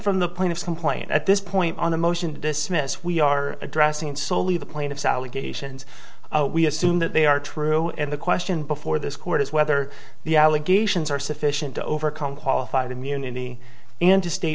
from the plaintiff's complaint at this point on the motion to dismiss we are addressing solely the plaintiff's allegations we assume that they are true and the question before this court is whether the allegations are sufficient to overcome qualified immunity and to sta